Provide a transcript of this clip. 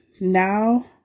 now